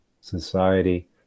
society